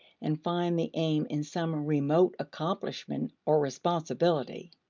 and find the aim in some remote accomplishment or responsibility.